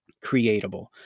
creatable